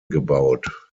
gebaut